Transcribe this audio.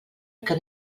que